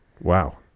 wow